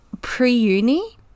pre-uni